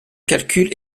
calcul